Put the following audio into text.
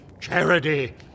Charity